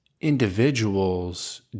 individuals